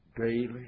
daily